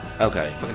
okay